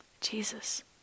Jesus